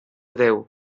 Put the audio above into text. déu